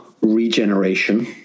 regeneration